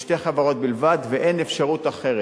יש שתי חברות בלבד, ואין אפשרות אחרת.